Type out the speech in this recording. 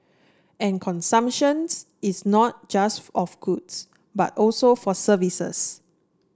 and consumptions is not just of goods but also for services